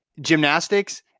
gymnastics